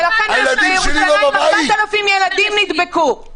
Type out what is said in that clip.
ולכן בירושלים 4,000 ילדים נדבקו.